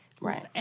Right